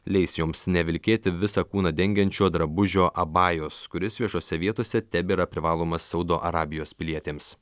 leis joms nevilkėti visą kūną dengiančio drabužio abajos kuris viešose vietose tebėra privalomas saudo arabijos pilietėms